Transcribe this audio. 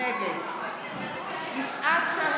נגד יפעת שאשא